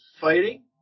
fighting